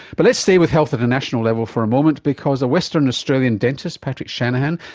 but let's stay with health at a national level for a moment because a western australian dentist, patrick shanahan,